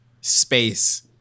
space